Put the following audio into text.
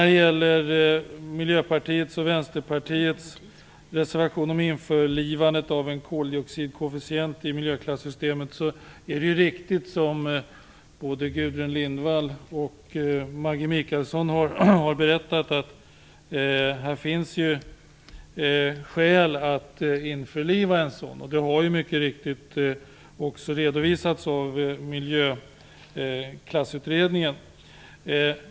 Vad gäller Miljöpartiets och Vänsterpartiets reservation om införlivandet av en koldioxidkoefficient i miljöklassystemet är det riktigt, som både Gudrun Lindvall och Maggi Mikaelsson har berättat, att det finns skäl för ett sådant införlivande. Detta har också mycket riktigt redovisats av Miljöklassutredningen.